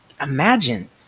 imagine